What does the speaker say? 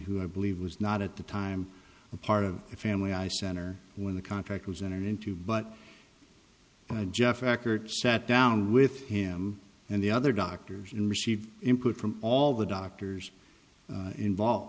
who i believe was not at the time a part of the family i center when the contract was entered into but jeff records sat down with him and the other doctors and receive input from all the doctors involved